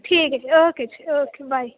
ਠੀਕ ਹੈ ਜੀ ਓਕੇ ਜੀ ਓਕੇ ਬਾਏ